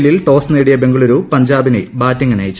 എല്ലിൽ ടോസ് നേടിയ ബംഗ്ളൂരു പഞ്ചാബിനെ ബാറ്റിംഗിന് അയച്ചു